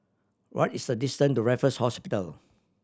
what is the distance to Raffles Hospital